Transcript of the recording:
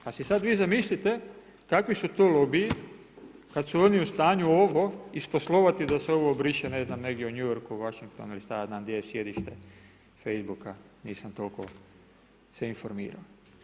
Pa si sada vi to zamislite, kakvi su to lobiji, kada su oni u stanju, ovo isposlovati, da se ovo obriše ne znam, negdje u New Yorku, Washingtonu i šta ja znam gdje je sjedište Facebooka, nisam toliko se informirao.